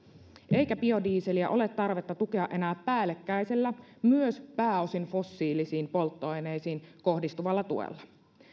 eikä biodieseliä ole tarvetta tukea enää päällekkäisellä myös pääosin fossiilisiin polttoaineisiin kohdistuvalla tuella